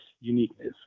uniqueness